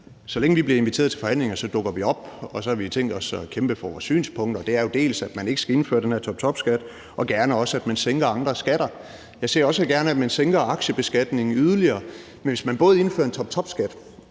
Så længe vi bliver inviteret til forhandlinger, dukker vi op, og så har vi tænkt os at kæmpe for vores synspunkter, og det er jo bl.a., at man ikke skal indføre den her toptopskat, og gerne også, at man sænker andre skatter. Jeg ser også gerne, at man sænker aktiebeskatningen yderligere. Men hvis man både indfører en toptopskat